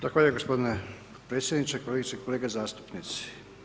Zahvaljujem gospodine predsjedniče, kolegice i kolege zastupnici.